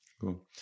cool